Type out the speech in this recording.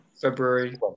February